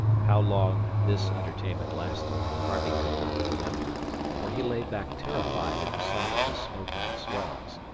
how long this entertainment lasted, harvey could not remember, for he lay back terrified at the sight of the smoking swells.